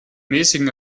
mäßigem